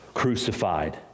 crucified